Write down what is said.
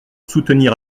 soutenir